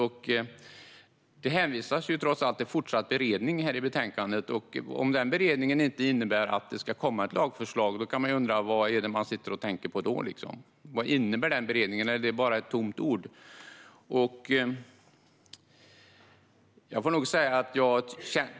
Trots allt hänvisas det till fortsatt beredning i betänkandet. Om den beredningen inte innebär att det ska komma ett lagförslag, då kan man ju undra vad man då tänker på. Vad innebär den beredningen? Är det bara ett tomt ord?